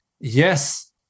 yes